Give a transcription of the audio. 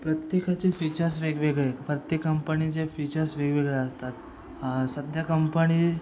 प्रत्येकाचे फीचर्स वेगवेगळे आहेत प्रत्येक कंपणीचे फीचर्स वेगवेगळे असतात सध्या कंपणी